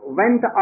went